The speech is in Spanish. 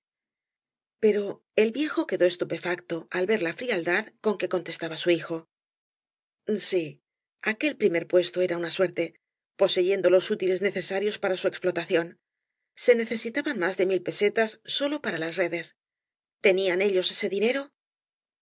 pero el viejo quedó estupefacto al ver la frialdad con que contestaba su hijo si aquel primer puesto era una suerte poseyendo los útiles necesarios para su explotación se necesitaban más de mil pesetas sólo para las redes tenían ellos ese dinero el